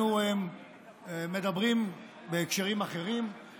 אנחנו מדברים בהקשרים אחרים על שאלות של